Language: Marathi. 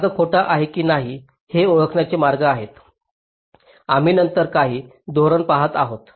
मार्ग खोटा आहे की नाही हे ओळखण्याचे मार्ग आहेत आम्ही नंतर काही धोरणे पहात आहोत